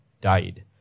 died